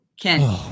Ken